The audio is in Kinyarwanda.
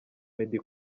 meddy